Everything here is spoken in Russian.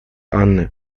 анны